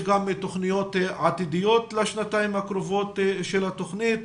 תוכניות עתידיות לשנתיים הקרובות של התוכנית.